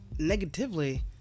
negatively